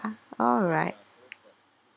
alright